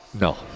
No